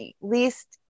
least